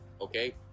okay